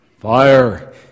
fire